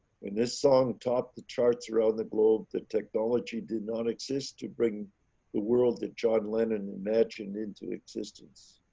when this song top the charts around the globe that technology did not exist to bring the world that john lennon imagined into existence.